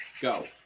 go